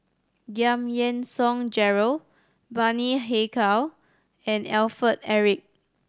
Giam Yean Song Gerald Bani Haykal and Alfred Eric